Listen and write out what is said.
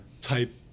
type